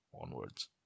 onwards